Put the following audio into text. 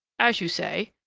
as you say.